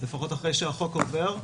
לפחות אחרי שהחוק עובר.